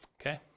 okay